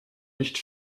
nicht